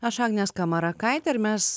aš agnė skamarakaitė ir mes